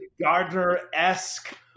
Gardner-esque